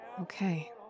Okay